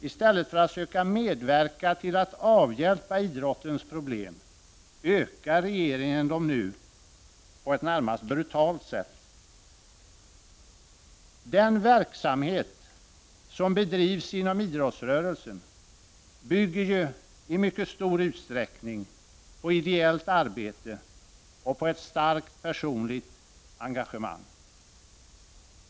I stället för att söka medverka till att avhjälpa idrottens problem ökar regeringen dem nu på ett närmast brutalt sätt. Den verksamhet som bedrivs inom idrottsrörelsen bygger i mycket stor utsträckning på ideellt arbete och på ett starkt personligt engagemang.